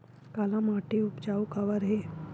काला माटी उपजाऊ काबर हे?